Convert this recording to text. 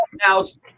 house